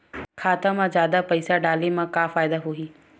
खाता मा जादा पईसा डाले मा का फ़ायदा होही?